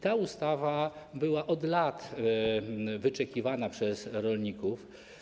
Ta ustawa była od lat wyczekiwana przez rolników.